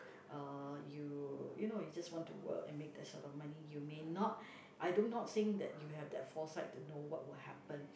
uh you you know you just want to work and make that sort of money you may not I don't not think that you have that foresight to know what would happen